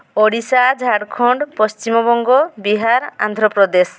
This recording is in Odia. ଓଡ଼ିଶା ଝାଡ଼ଖଣ୍ଡ ପଶ୍ଚିମବଙ୍ଗ ବିହାର ଆନ୍ଧ୍ରପ୍ରଦେଶ